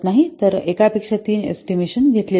तर एकापेक्षा तीन एस्टिमेशन घेतले जातात